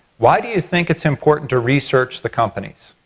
why do you think it's important to research the companies?